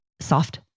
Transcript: soft